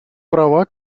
права